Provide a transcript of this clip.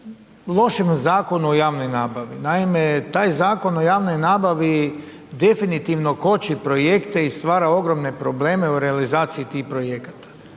lošem zakonu o javnoj nabavi. Naime, taj Zakon o javnoj nabavi definitivno koči projekte i stvara ogromne probleme u realizaciji tih projekata